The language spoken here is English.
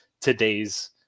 today's